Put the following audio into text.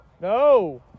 No